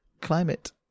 climate